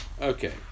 okay